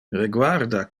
reguarda